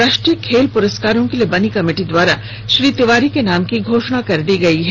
राष्ट्रीय खेल पुरस्कारों के लिए बनी कमेटी द्वारा श्री तिवारी के नाम की घोषणा कर दी गयी है